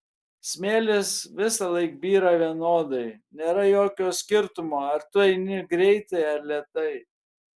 smėlis visąlaik byra vienodai nėra jokio skirtumo ar tu eini greitai ar lėtai